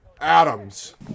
Adams